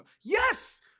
yes